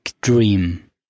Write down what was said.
dream